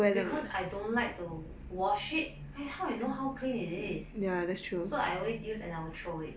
because I don't like to wash it I how you know how clean it is so I always use and I'll throw it